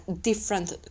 different